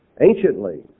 Anciently